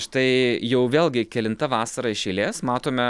štai jau vėlgi kelinta vasara iš eilės matome